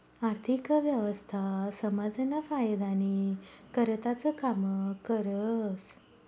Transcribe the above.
आर्थिक व्यवस्था समाजना फायदानी करताच काम करस